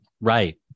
Right